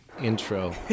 intro